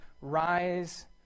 rise